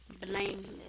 Blameless